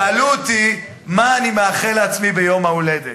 שאלו אותי מה אני מאחל לעצמי ביום ההולדת.